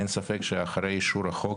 אין ספק שאחרי אישור החוק